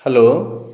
hello